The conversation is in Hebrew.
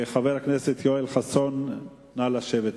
חבר הכנסת יואל חסון, נא לשבת.